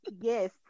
yes